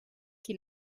qui